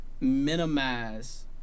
minimize